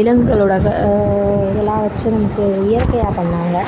விலங்குகளோட இதெல்லாம் வச்சு நமக்கு இயற்கையாக பண்ணிணாங்க